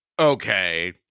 okay